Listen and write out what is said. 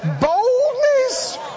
Boldness